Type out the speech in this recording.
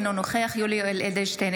אינו נוכח יולי יואל אדלשטיין,